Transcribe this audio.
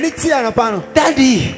daddy